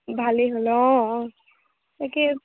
ভালেই হ'লে অঁ অঁ তাকে